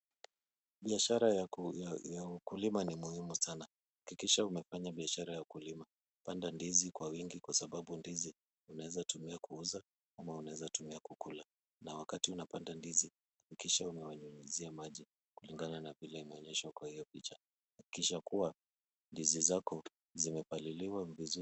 Biashara ya ukulima ni muhimu sana. Hakikisha umefanya biashara ya ukulima. Panda ndizi kwa wingi kwa sababu ndizi unaweza tumia kuuza ama unaweza tumia kukula. Na wakati unapanda ndizi, hakikisha umewanyunyizia maji kulingana na vile imeonyeshwa kwa hiyo picha. Hakikisha kuwa ndizi zako zimepaliliwa vizuri.